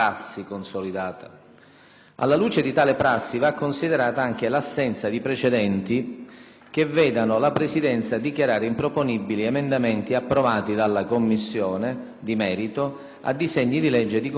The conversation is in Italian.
Alla luce di tale prassi va considerata anche l'assenza di precedenti che vedano la Presidenza dichiarare improponibili emendamenti approvati dalla Commissione di merito a disegni di legge di conversione di decreti-legge.